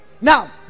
Now